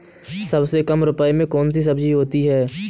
सबसे कम रुपये में कौन सी सब्जी होती है?